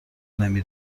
نمی